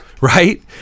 right